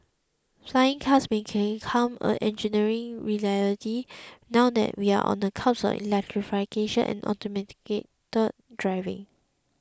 flying cars may came come a engineering reality now that we are on the cusp of electrification and automated driving